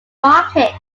market